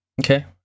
okay